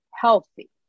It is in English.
healthy